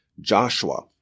Joshua